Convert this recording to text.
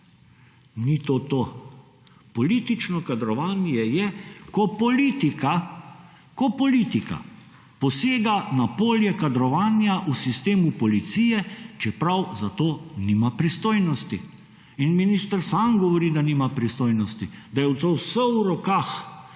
Ni to to. Politično kadrovanje je, ko politika, ko politika posega na polje kadrovanja v sistemu policije, čeprav za to nima pristojnosti. In minister sam govori, da nima pristojnosti, da je to vse v rokah,